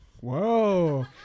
Whoa